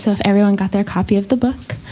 so if everyone got their copy of the book,